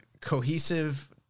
cohesive